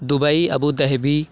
Dubai Abu Dhabi